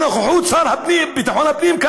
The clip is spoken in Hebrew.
בנוכחות השר לביטחון פנים,